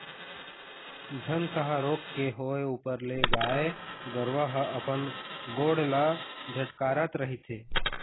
झनकहा रोग के होय ऊपर ले गाय गरुवा ह अपन गोड़ ल झटकारत रहिथे